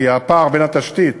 כי הפער בין התשתית